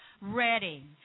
ready